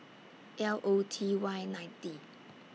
L O T Y ninety